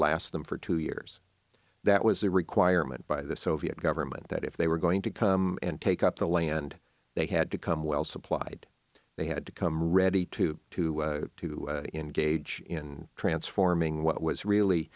last them for two years that was a requirement by the soviet government that if they were going to come and take up the land they had to come well supplied they had to come ready to to to engage in transforming what was really